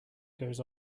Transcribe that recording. goes